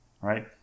right